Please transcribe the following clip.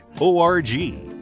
O-R-G